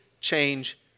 change